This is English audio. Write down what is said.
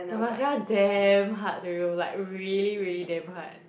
the mascara damn hard to remove like really really damn hard